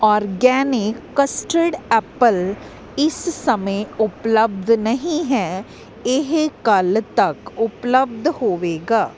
organic custard apple ਇਸ ਸਮੇਂ ਉਪਲੱਬਧ ਨਹੀਂ ਹੈ ਇਹ ਕੱਲ੍ਹ ਤੱਕ ਉਪਲੱਬਧ ਹੋਵੇਗਾ